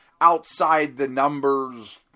outside-the-numbers